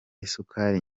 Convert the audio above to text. isukari